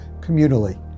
communally